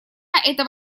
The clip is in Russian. эта